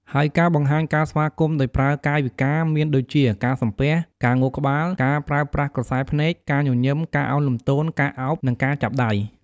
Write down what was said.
ហើយការបង្ហាញការស្វាគមន៍ដោយប្រើកាយវិការ មានដូចជា ការសំពះ ការងក់ក្បាល ការប្រើប្រាស់ក្រសែភ្នែក ការញញឹម ការឱនលំទោន ការឱប និងការចាប់ដៃ។